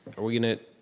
are we gonna,